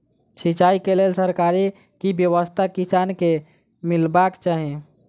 सिंचाई केँ लेल सरकारी की व्यवस्था किसान केँ मीलबाक चाहि?